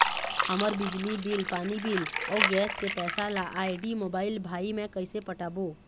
हमर बिजली बिल, पानी बिल, अऊ गैस के पैसा ला आईडी, मोबाइल, भाई मे कइसे पटाबो?